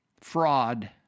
fraud